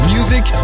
Music